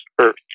earth